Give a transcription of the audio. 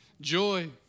Joy